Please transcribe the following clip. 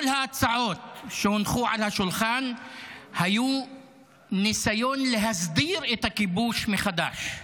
כל ההצעות שהונחו על השולחן היו ניסיון להסדיר את הכיבוש מחדש.